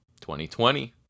2020